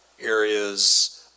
areas